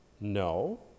No